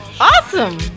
Awesome